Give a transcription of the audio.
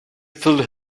filled